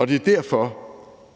Det er derfor,